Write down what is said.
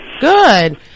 Good